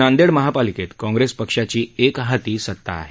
नांदेड महापालिकेत काँग्रेस पक्षाची एकहाती सत्ता आहे